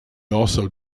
also